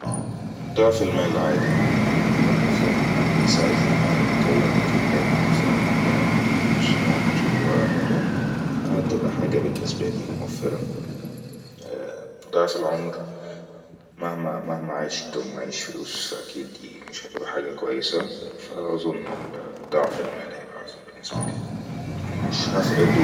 ضعف المال عادي هيبئا أحسن هيساعدني في أكون في حجات احسن وأبني منظمات ومدن هتبئا حاجه بنسبالي موفرة ضعف العمر مهما عشت ومعيش فيلوس فأكيد مش هتبئا حاجه كويسه فأظن ال ضعف المال هيكون احسن بنسبالي مش هفأد